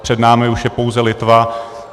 Před námi už je pouze Litva.